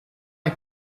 est